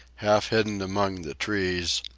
half hidden among the trees,